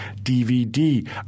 DVD